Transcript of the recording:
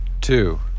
two